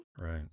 Right